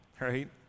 right